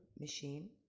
machine